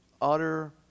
utter